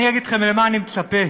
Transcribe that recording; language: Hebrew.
אני אגיד לכם למה אני מצפה.